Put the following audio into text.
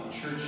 church